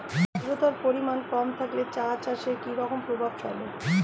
আদ্রতার পরিমাণ কম থাকলে চা চাষে কি রকম প্রভাব ফেলে?